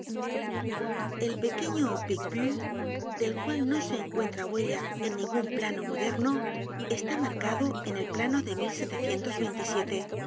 el pequeño picpus del cual no se encuentra huella en ningun plano moderno está marcado en el plano de